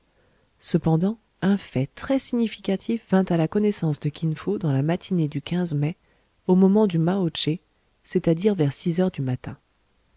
cependant un fait très significatif vint à la connaissance de kin fo dans la matinée du niai au moment du mao che c'està-dire vers six heures du matin